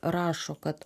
rašo kad